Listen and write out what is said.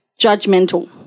judgmental